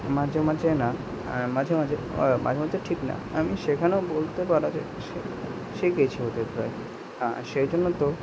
মাঝে মাঝে না মাঝে মাঝে মাঝে মাঝে ঠিক না আমি শেখানো বলতে পারা যায় শিখিয়েছি ওদের প্রায় সেই জন্য তো